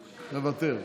מוותר.